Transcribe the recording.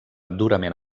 durament